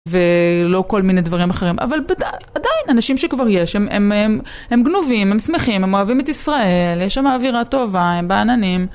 ולא כל מיני דברים אחרים, אבל עדיין, אנשים שכבר יש, הם גנובים, הם שמחים, הם אוהבים את ישראל, יש שם אווירה טובה, הם בעננים.